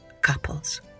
couple's